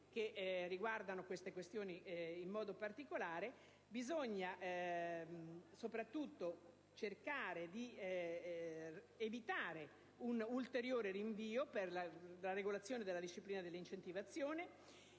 che riguardano tali questioni in modo particolare, bisogna cercare di evitare un ulteriore rinvio per la regolazione della disciplina delle incentivazioni.